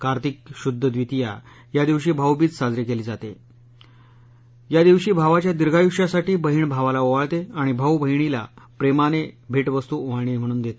कार्तिक शुद्ध द्वितीया या दिवशी भाऊबीज साजरी क्ली जात आ दिवशी भावाच्या दीर्घायुष्यासाठी बहीण भावाला ओवाळत आणि भाऊ बहिणीला प्रस्तिनथिखिस्तू ओवाळणी म्हणून दस्ती